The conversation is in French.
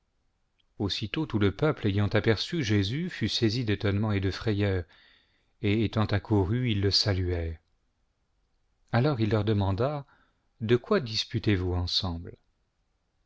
aussitôt tout le peuple ayant aperçu jésus fut saisi d'étonnement et de frayeur et étant accourus il le saluait alors il leur demanda de quoi disputez vous ensemble